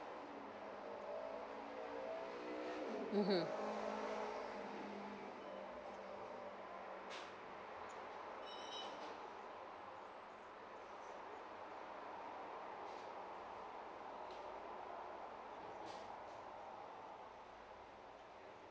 mmhmm